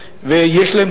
כי הם יכולים.